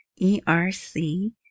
ERC